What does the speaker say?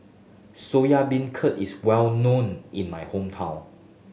Soya Beancurd is well known in my hometown